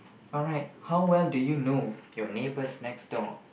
alright how well do you know your neighbours next door